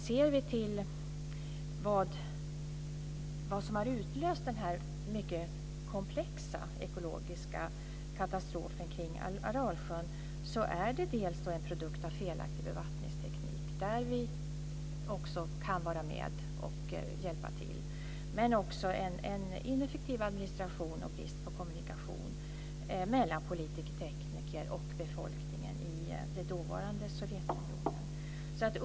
Ser vi till vad som har utlöst den här mycket komplexa ekologiska katastrofen kring Aralsjön är det delvis fråga om felaktig bevattningsteknik. Där kan vi vara med och hjälpa till. Men det är också ineffektiv administration och brist på kommunikation mellan politiker, tekniker och befolkning i det dåvarande Sovjetunionen.